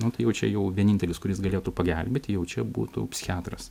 o tai jau čia jau vienintelis kuris galėtų pagelbėti jau čia būtų psichiatras